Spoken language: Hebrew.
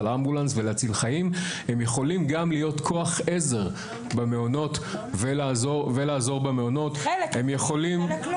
להיות כוח עזר במעונות ולעזור במעונות --- חלק יכולים וחלק לא.